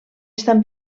estan